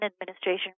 administration